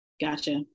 Gotcha